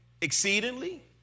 exceedingly